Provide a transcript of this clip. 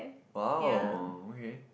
!wow! okay